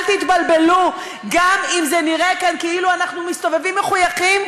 אל תתבלבלו: גם אם זה נראה כאילו אנחנו מסתובבים כאן מחויכים,